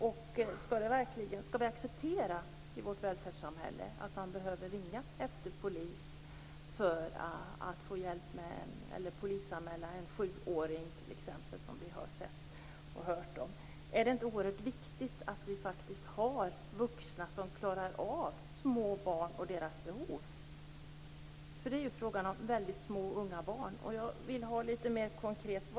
Skall vi i vårt välfärdssamhälle verkligen acceptera att man behöver ringa efter polis för att t.ex. polisanmäla en sjuåring, något som vi har sett exempel på och hört om? Är det inte oerhört viktigt att vi faktiskt har vuxna som klarar av små barn och deras behov? Det är fråga om väldigt små barn. Jag vill ha litet mer konkret information.